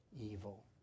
evil